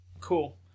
cool